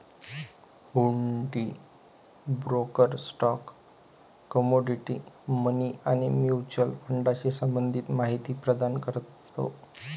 हुंडी broker stock, commodity, money आणि mutual फंडाशी संबंधित माहिती प्रदान करतो